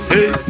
Hey